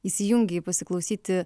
įsijungei pasiklausyti